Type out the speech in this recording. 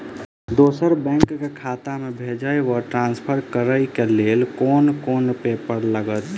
दोसर बैंक केँ खाता मे भेजय वा ट्रान्सफर करै केँ लेल केँ कुन पेपर लागतै?